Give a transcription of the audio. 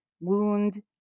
wound